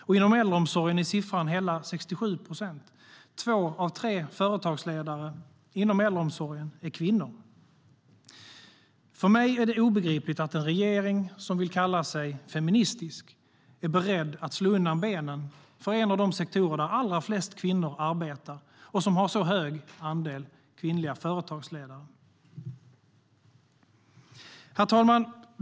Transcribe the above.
Och inom äldreomsorgen är siffran hela 67 procent. Två av tre företagsledare inom äldreomsorgen är kvinnor. För mig är det obegripligt att en regering som vill kalla sig feministisk är beredd att slå undan benen för en av de sektorer där allra flest kvinnor arbetar och som har så hög andel kvinnliga företagsledare. Herr talman!